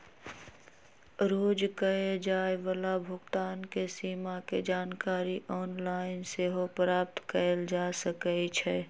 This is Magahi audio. रोज कये जाय वला भुगतान के सीमा के जानकारी ऑनलाइन सेहो प्राप्त कएल जा सकइ छै